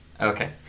Okay